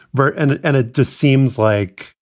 but and it and does seems like,